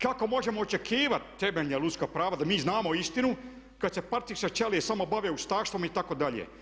Kao možemo očekivati temeljna ljudska prava da mi znamo istinu kad se partijske ćelije samo bave ustaštvom itd.